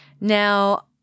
Now